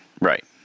Right